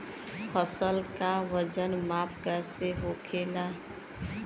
फसल का वजन माप कैसे होखेला?